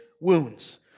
wounds